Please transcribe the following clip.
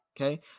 Okay